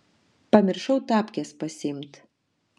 pamiršau tapkes pasiimt